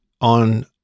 on